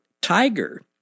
tiger